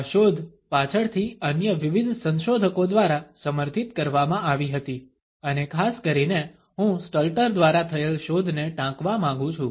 આ શોધ પાછળથી અન્ય વિવિધ સંશોધકો દ્વારા સમર્થિત કરવામાં આવી હતી અને ખાસ કરીને હું સ્ટલ્ટર દ્વારા થયેલ શોધને ટાંકવા માંગુ છું